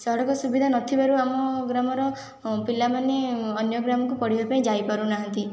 ସଡ଼କ ସୁବିଧା ନ ଥିବାରୁ ଆମ ଗ୍ରାମର ପିଲାମାନେ ଅନ୍ୟ ଗ୍ରାମକୁ ପଢ଼ିବା ଯାଇପାରୁନାହାନ୍ତି